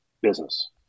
business